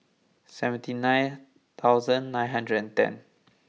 seventy nine thousand nine hundred and ten